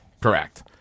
Correct